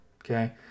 okay